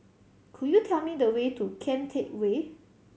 could you tell me the way to Kian Teck Way